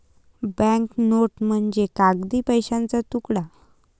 bank note म्हणजे कागदी पैशाचा तुकडा